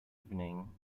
evening